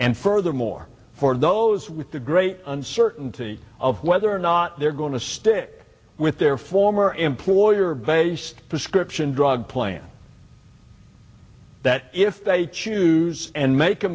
and furthermore for the those with the great uncertainty of whether or not they're going to stick with their former employer based prescription drug plan that if they choose and make a